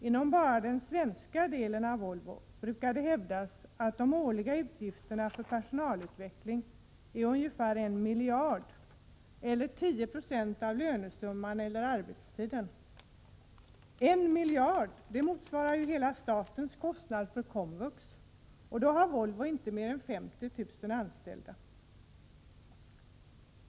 Inom bara den svenska delen av Volvo brukar det hävdas att de årliga utgifterna för personalutveckling är ungefär en miljard eller 10 96 av lönesumman eller arbetstiden. En miljard motsvarar hela statens kostnad för komvux, och då har Volvo inte mer än 50 000 anställda!